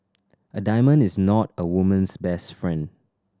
a diamond is not a woman's best friend